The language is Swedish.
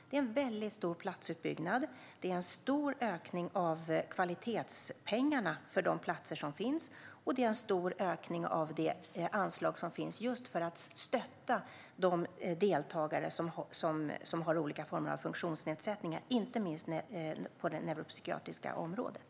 Det handlar om en stor platsutbyggnad, en stor ökning av kvalitetspengarna för de platser som finns och en stor ökning av de anslag som finns just för att stötta de deltagare som har olika former av funktionsnedsättningar, inte minst på det neuropsykiatriska området.